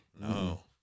No